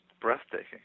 breathtaking